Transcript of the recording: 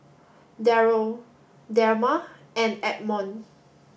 Darrel Delmar and Edmond